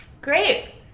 Great